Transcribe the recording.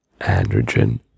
androgen